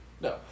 No